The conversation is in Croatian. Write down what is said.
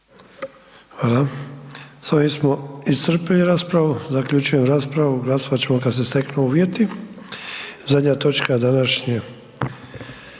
Dobro, s ovim smo iscrpili raspravu. Zaključujem raspravu, glasovat ćemo kad se steknu uvjeti. Nastavljamo